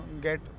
get